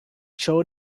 show